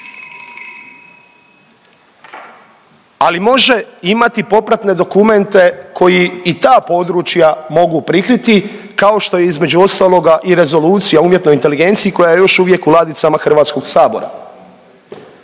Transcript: ali može imati popratne dokumente koji i ta područja mogu prikriti kao što između ostaloga i Rezolucija o umjetnoj inteligenciji koja je još uvijek u ladicama HS-a. O njoj